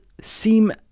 seem